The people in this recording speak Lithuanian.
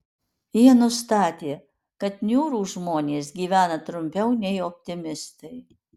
jie nustatė kad niūrūs žmonės gyvena trumpiau nei optimistai